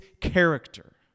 character